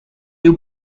you